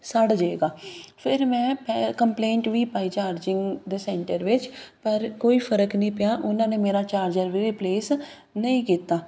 ਸੜ ਜਾਏਗਾ ਫਿਰ ਮੈਂ ਪੈ ਕੰਪਲੇਂਟ ਵੀ ਪਾਈ ਚਾਰਜਿੰਗ ਦੇ ਸੈਂਟਰ ਵਿੱਚ ਪਰ ਕੋਈ ਫਰਕ ਨਹੀਂ ਪਿਆ ਉਹਨਾਂ ਨੇ ਮੇਰਾ ਚਾਰਜਰ ਵੀ ਰਿਪਲੇਸ ਨਹੀਂ ਕੀਤਾ